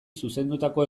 zuzendutako